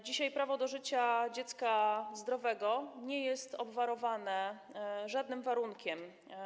Dzisiaj prawo do życia dziecka zdrowego nie jest obwarowane żadnym warunkiem.